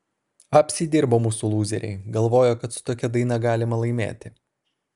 apsidirbo mūsų lūzeriai galvojo kad su tokia daina galima laimėti